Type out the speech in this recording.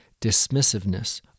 dismissiveness